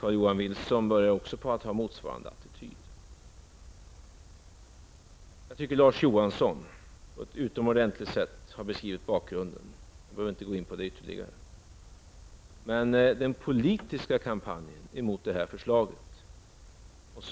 Carl-Johan Wilson börjar också inta en motsvarande attityd. Däremot tycker jag att Larz Johansson på ett utomordentligt bra sätt har beskrivit bakgrunden. Jag behöver inte gå in ytterligare på den saken. Men den politiska kampanjen mot det här förslaget,